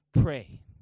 pray